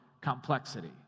complexity